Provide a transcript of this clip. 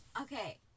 okay